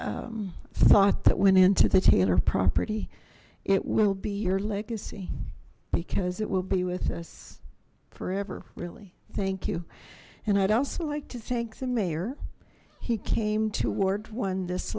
thought that went into the taylor property it will be your legacy because it will be with us forever really thank you and i'd also like to the mayor he came toward one this